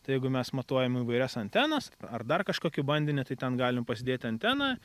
tai jeigu mes matuojam įvairias antenas ar dar kažkokį bandinį tai ten galim pasidėti anteną